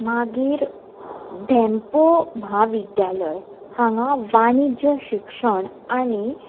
मागीर धेंम्पो म्हाविद्यालय हांगा वाणिज्य शिक्षण आनी